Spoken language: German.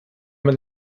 man